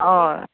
हय